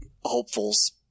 hopefuls